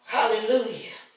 Hallelujah